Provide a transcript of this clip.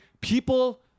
People